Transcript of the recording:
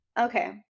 Okay